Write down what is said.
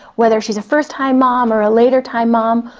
whether she is a first-time mom or a later-time mom,